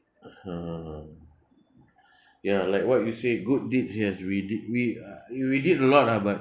ha ya like what you said good deeds yes we d~ we we did a lot ah but